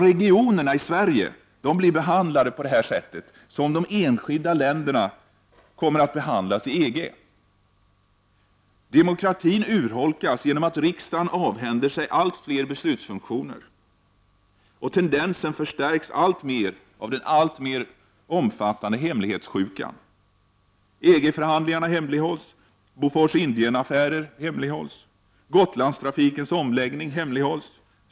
Regionerna i Sverige blir behandlade på samma sätt som de enskilda länderna kommer att behandlas i EG. Demokratin urholkas genom att riksdagen avhänder sig allt fler beslutsfunktioner. Tendensen förstärks av den alltmer omfattande hemlighetssjukan. EG-förhandlingar hemlighålls. Bofors Indienaffär hemlighålls. Gotlandstrafikens omläggning hemlighålls.